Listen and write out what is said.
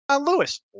Lewis